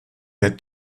der